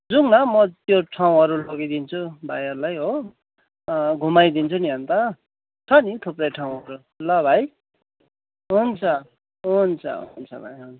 जाउँ न म त्यो ठाउँहरू लगिदिन्छु भाइहरूलाई हो घुमाइदिन्छु नि अन्त छ नि थुप्रै ठाउँहरू ल भाइ हुन्छ हुन्छ हुन्छ भाइ हुन्छ